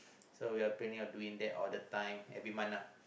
so we are planning on doing that all the time every month ah